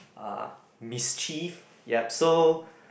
ah mischieve yup so